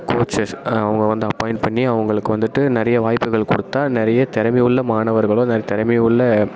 coaches அவங்க வந்து appoint பண்ணி அவங்களுக்கு வந்துவிட்டு நிறைய வாய்ப்புகள் கொடுத்தா நிறைய திறமை உள்ள மாணவர்களும் ந திறமை உள்ள